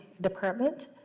department